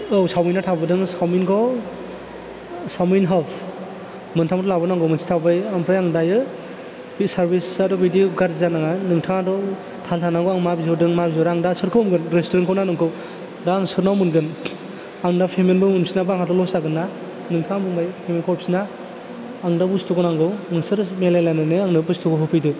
औ चावमिना थाबोदों चावमिनखौ चावमिन हाल्प मोन्थामबो लाबोनांगौ मोनसे थाबोबाय आमफ्राय आं दायो बे सारभिसाथ' बिदि गाज्रि जानाङा नोंथाङाथ' थाल थानांगौ आं मा बिहरदों मा बिहरा आं दा सोरखौ हमगोन रेस्टुरन्टखौ ना नोंखौ दा आं सोरनाव मोनगोन आं दा पेमेन्टबो मोनफिनाबा आंहाथ' लस्ट जागोनना नोंथाङा बुंबाय पेमेन्टखौ हरफिना आं दा बुस्थुखौ नांगौ नोंसोरो मिलायलायनानै आंनो बुस्थुखौ होफैदो